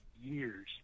years